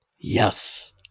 Yes